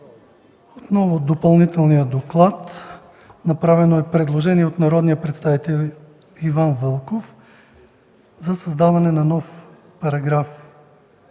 Отново – допълнителния доклад. Направено е предложение от народния представител Иван Вълков за създаване на нов параграф.